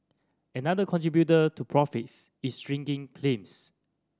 another contributor to profits is shrinking claims